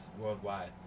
worldwide